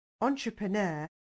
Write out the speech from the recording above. entrepreneur